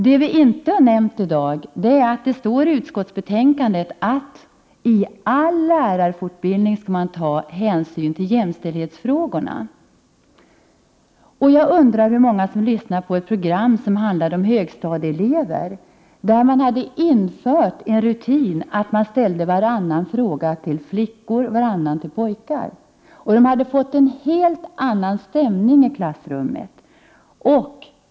Vad som inte har nämnts här i dag är att det står i utskottsbetänkandet att i all lärarfortbildning skall hänsyn tas till jämställdhetsfrågorna. Jag undrar hur många av er som lyssnade på ett program som handlade om högstadieelever. Det finns exempel på att man infört rutinen att ställa varannan fråga till flickor och varannan till pojkar. Stämningen har blivit en helt annan i klassrummet.